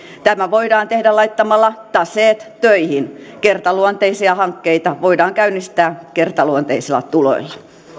tämä voidaan tehdä laittamalla taseet töihin kertaluonteisia hankkeita voidaan käynnistää kertaluonteisilla tuloilla